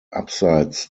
abseits